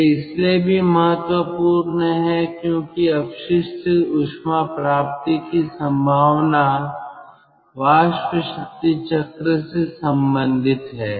यह इसलिए भी महत्वपूर्ण है क्योंकि अपशिष्ट ऊष्मा प्राप्ति की संभावना वाष्प शक्ति चक्र से संबंधित है